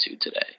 today